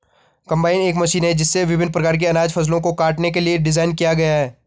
combine एक machine है जिसे विभिन्न प्रकार की अनाज फसलों को काटने के लिए डिज़ाइन किया गया है